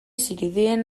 zirudien